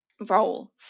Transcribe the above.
role